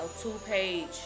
two-page